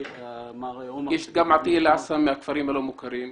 נמצאים גם מהכפרים הלא מוכרים.